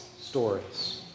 stories